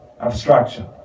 abstraction